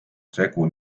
segu